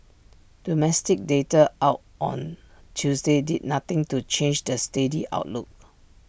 domestic data out on Tuesday did nothing to change the steady outlook